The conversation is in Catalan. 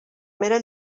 mera